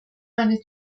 meine